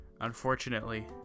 unfortunately